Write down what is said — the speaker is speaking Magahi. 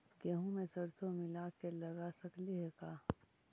गेहूं मे सरसों मिला के लगा सकली हे का?